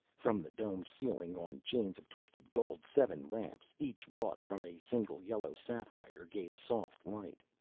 from the domed ceiling, on chains of twisted gold, seven lamps, each wrought from a single yellow sapphire, gave soft light.